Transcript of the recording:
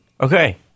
Okay